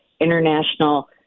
international